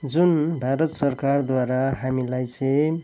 जुन भारत सरकारद्वारा हामीलाई चाहिँ